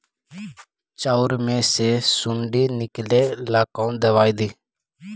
चाउर में से सुंडी निकले ला कौन दवाई दी?